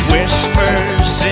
Whispers